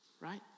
right